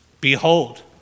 behold